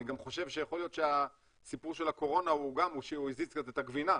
אני גם חושב שיכול להיות שהסיפור של הקורונה הזיז קצת את הגבינה,